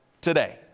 today